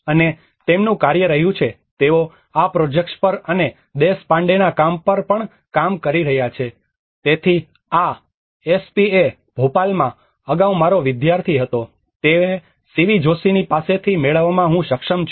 અને તેમનું કાર્ય રહ્યું છે તેઓ આ પ્રોજેક્ટ્સ પર અને દેશપાંડેના કામ પર પણ કામ કરી રહ્યા છે તેથી આ એસપીએ ભોપાલમાં અગાઉ મારો વિદ્યાર્થી હતો તે શિવી જોશીની પાસેથી મેળવવામાં હું સક્ષમ છું